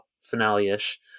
finale-ish